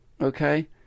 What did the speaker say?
okay